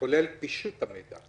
כולל פישוט המידע.